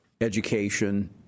education